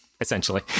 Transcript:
Essentially